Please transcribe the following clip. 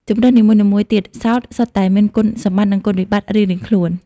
ជម្រើសនីមួយៗទៀតសោតសុទ្ធតែមានគុណសម្បត្តិ និងគុណវិបត្តិរៀងៗខ្លួន។